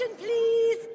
please